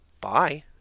Bye